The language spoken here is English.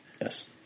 Yes